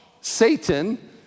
Satan